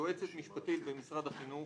כיועצת משפטית במשרד החינוך